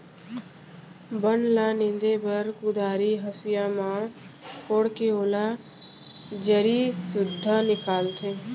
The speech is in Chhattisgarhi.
बन ल नींदे बर कुदारी, हँसिया म कोड़के ओला जरी सुद्धा निकालथें